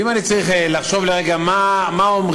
ואם אני צריך לחשוב לרגע מה אומרים,